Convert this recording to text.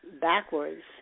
backwards